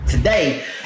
Today